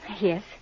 Yes